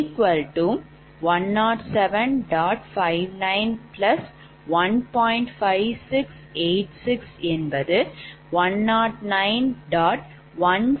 1586 என்று பெறக்கூடும்